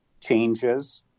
changes